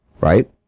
Right